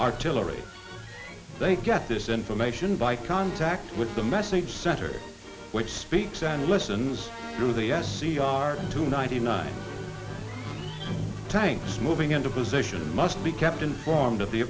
artillery they get this information by contact with the message center which speaks and listens to the s c r two ninety nine tanks moving into position must be kept informed of the